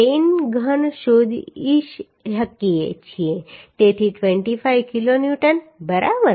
5 માં 10 ઘન શોધી શકીએ છીએ તેથી 25 કિલોન્યુટન બરાબર